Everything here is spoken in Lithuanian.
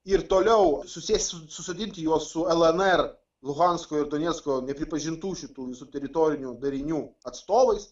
ir toliau susės susodinti juos su el en er luhansko ir donecko nepripažintų šitų visų teritorinių darinių atstovais